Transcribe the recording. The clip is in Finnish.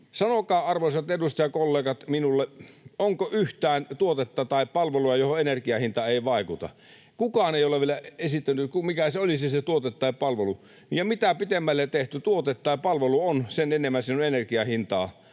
minulle, arvoisat edustajakollegat, onko yhtään tuotetta tai palvelua, johon energian hinta ei vaikuta? Kukaan ei ole vielä esittänyt, mikä olisi se tuote tai palvelu, ja mitä pitemmälle tehty tuote tai palvelu on, sen enemmän siinä on energian hintaa.